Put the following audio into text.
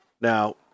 now